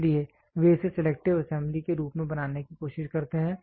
इसलिए वे इसे सिलेक्टिव असेंबली के रूप में बनाने की कोशिश करते हैं